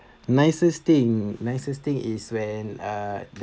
nicest thing nicest thing is when uh